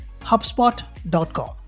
HubSpot.com